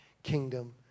Kingdom